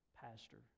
pastor